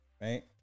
right